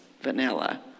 vanilla